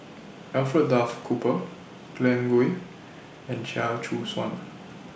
Alfred Duff Cooper Glen Goei and Chia Choo Suan